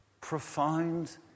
profound